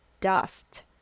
dust